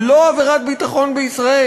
לא עבירת ביטחון בישראל?